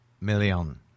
Million